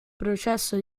processo